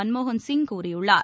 மன்மோகன்சிங் கூறியுள்ளார்